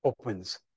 opens